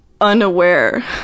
unaware